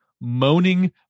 moaning